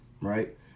right